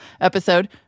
episode